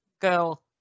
girl